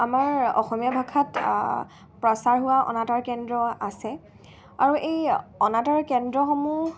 আমাৰ অসমীয়া ভাষাত প্ৰচাৰ হোৱা অনাটাৰ কেন্দ্ৰ আছে আৰু এই অনাটাৰ কেন্দ্ৰসমূহ